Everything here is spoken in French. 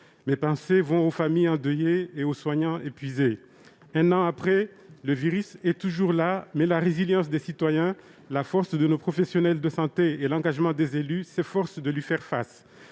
Mes pensées vont aux familles endeuillées et aux soignants, épuisés. Un an après, le virus est toujours là, mais la résilience des citoyens, la force de nos professionnels de santé et l'engagement des élus s'efforcent de lui faire face.